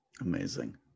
Amazing